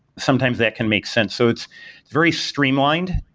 sometimes that can make sense, so it's very streamlined.